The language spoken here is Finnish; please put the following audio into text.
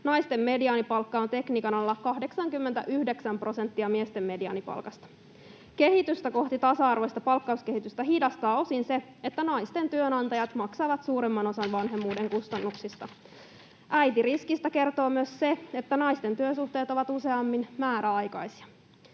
naisten mediaanipalkka on tekniikan alalla 89 prosenttia miesten mediaanipalkasta. Kehitystä kohti tasa-arvoista palkkauskehitystä hidastaa osin se, että naisten työnantajat maksavat suuremman osan vanhemmuuden kustannuksista. Äitiriskistä kertoo myös se, että naisten työsuhteet ovat useammin määräaikaisia.